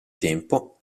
tempo